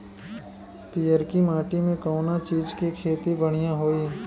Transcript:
पियरकी माटी मे कउना चीज़ के खेती बढ़ियां होई?